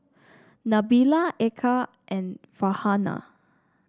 Nabila Eka and Farhanah